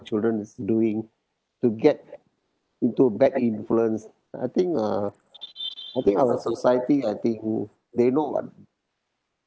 children is doing to get into bad influence I think uh I think our society I think they know what